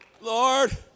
Lord